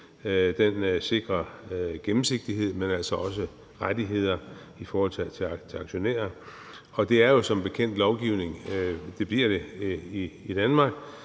Den sikrer gennemsigtighed, men altså også rettigheder for aktionærer. Det er jo som bekendt lovgivning – eller det bliver det – i Danmark,